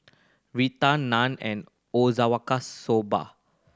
Raita Naan and Soba